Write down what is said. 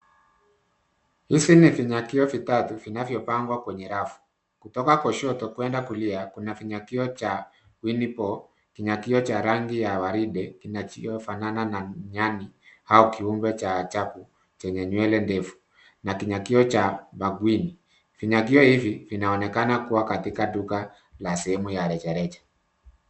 Hizi ni vinyakio vitatu, vinavyopangwa kwenye rafu. Kutoka kushoto kwenda kulia, kuna kinyakio cha Willy Pooh, kinyakio cha rangi ya waridi kinachofanana na nyani au kiumbe cha ajabu chenye nywele ndefu na kinyakio cha Penguin . Vinyakio hivi vinaonekana kuwa katika duka la sehemu ya rejareja.